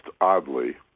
oddly